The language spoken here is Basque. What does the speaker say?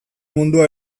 mundua